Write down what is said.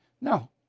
No